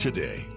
Today